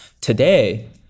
today